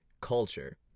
culture